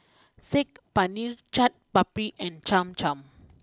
Saag Paneer Chaat Papri and Cham Cham